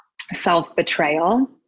self-betrayal